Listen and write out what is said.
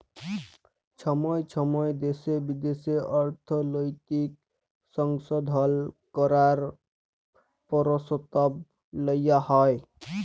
ছময় ছময় দ্যাশে বিদ্যাশে অর্থলৈতিক সংশধল ক্যরার পরসতাব লিয়া হ্যয়